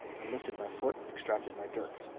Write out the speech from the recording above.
i lifted my foot extracted my dirk.